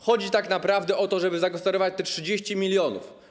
Chodzi tak naprawdę o to, żeby zagospodarować te 30 mln.